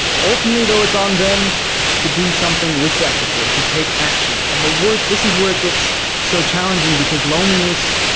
ultimately, though it's on them to do something with that support, to take action. and the worst this is where it gets so challenging because loneliness,